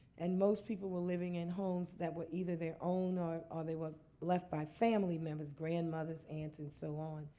and most people were living in homes that were either their own or or they were left by family members, grandmothers, aunts, and so on.